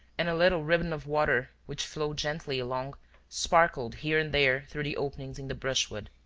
and a little ribbon of water which flowed gently along sparkled here and there through the openings in the brushwood.